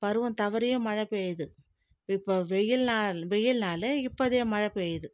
பருவம் தவறியும் மழை பெய்யுது இப்போது வெயில்னா வெயில் நாளு இப்போதைய மழை பெய்யுது